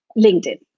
LinkedIn